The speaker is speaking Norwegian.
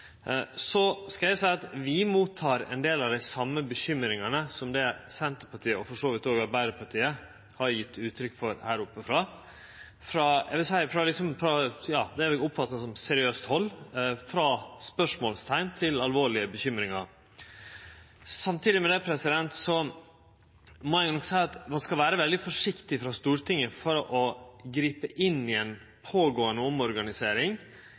så vidt òg Arbeidarpartiet har gjeve uttrykk for herifrå, frå det eg oppfattar som seriøst hald – alt frå spørsmål til alvorlege bekymringar. Samtidig må eg nok seie at ein frå Stortinget skal vere veldig forsiktig med å gripe inn i ei pågåande omorganisering,